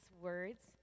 words